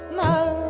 know